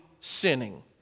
sinning